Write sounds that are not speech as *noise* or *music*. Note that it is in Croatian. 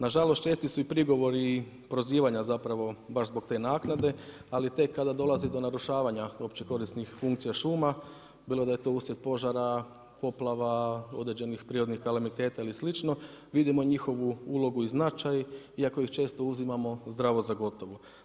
Na žalost česti su prigovori i prozivanja zapravo baš zbog te naknade, ali tek kada dolazi do narušavanja opće korisnih funkcija šuma bilo da je to uslijed požara, poplava, određenih prirodnih … *unintelligible* ili slično vidimo njihovu ulogu i značaj iako ih često uzimamo zdravo za gotovo.